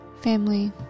family